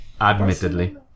admittedly